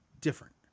different